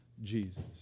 Jesus